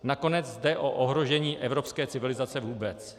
Nakonec jde o ohrožení evropské civilizace vůbec.